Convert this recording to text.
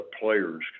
players